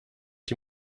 die